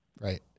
Right